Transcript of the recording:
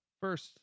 first